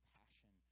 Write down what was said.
passion